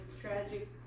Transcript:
tragic